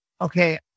Okay